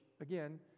again